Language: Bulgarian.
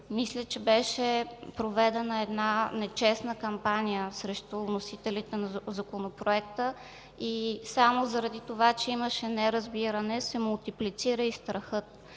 Мисля, че беше проведена една нечестна кампания срещу вносителите на Законопроекта и само заради това, че имаше неразбиране се мултиплицира и страхът.